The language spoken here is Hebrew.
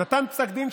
נתן פסק דין,